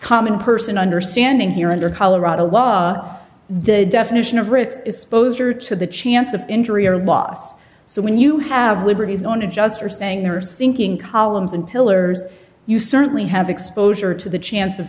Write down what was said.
common person understanding here under colorado law the definition of rick's disposer to the chance of injury or loss so when you have liberties on adjustor saying they are sinking columns and pillars you certainly have exposure to the chance of